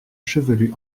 chevelu